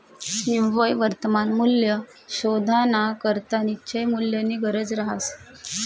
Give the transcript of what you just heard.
निव्वय वर्तमान मूल्य शोधानाकरता निश्चित मूल्यनी गरज रहास